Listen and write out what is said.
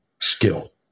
Skill